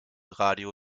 radio